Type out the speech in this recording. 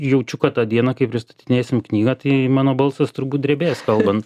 jaučiu kad tą dieną kai pristatinėsim knygą tai mano balsas turbūt drebės kalbant